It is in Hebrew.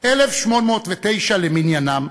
1809 למניינם,